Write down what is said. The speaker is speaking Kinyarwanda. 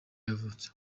yavutse